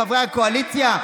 חברי הקואליציה,